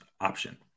option